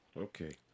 Okay